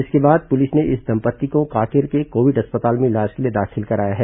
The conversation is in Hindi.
इसके बाद पुलिस ने इस दंपत्ति को कांकेर के कोविड अस्पताल में इलाज के लिए दाखिल कराया है